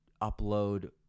upload